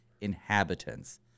inhabitants